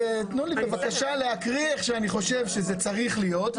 תנו לי בבקשה להקריא איך אני חושב שזה צריך להיות.